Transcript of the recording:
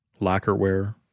lacquerware